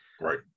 Right